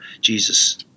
Jesus